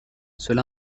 cela